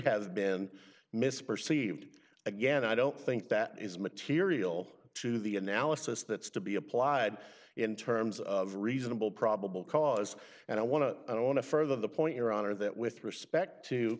have been misperceived again i don't think that is material to the analysis that is to be applied in terms of reasonable probable cause and i want to i want to further the point your honor that with respect to